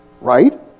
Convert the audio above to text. Right